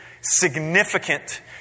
significant